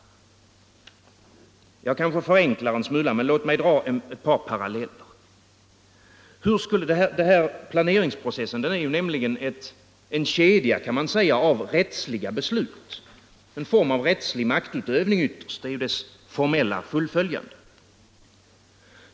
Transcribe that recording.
Jag kommer kanske att förenkla en smula, men låt mig i alla fall dra ett par paralleller. Det gäller här en planeringsprocess med en kedja av rättsliga beslut. Ytterst är det fråga om den formella uppläggningen av en rättslig maktutövning.